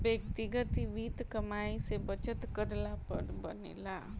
व्यक्तिगत वित्त कमाई से बचत करला पर बनेला